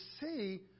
see